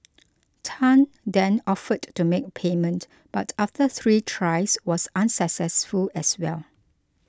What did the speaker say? tan then offered to make payment but after three tries was unsuccessful as well